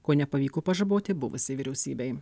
ko nepavyko pažaboti buvusiai vyriausybei